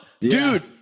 Dude